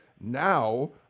now